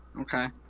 Okay